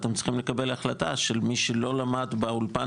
אתם צריכים לקבל החלטה של מי שלא למד באולפן